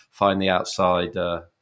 findtheoutside